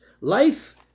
life